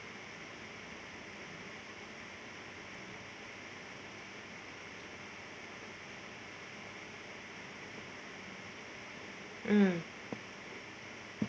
mm